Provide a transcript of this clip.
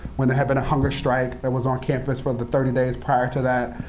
when there had been a hunger strike that was on campus for the thirty days prior to that.